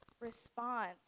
response